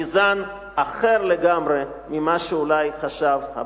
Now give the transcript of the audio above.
מזן אחר לגמרי ממה שאולי חשב הבוחר.